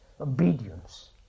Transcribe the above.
obedience